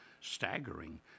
staggering